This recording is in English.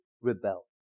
rebel